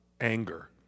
anger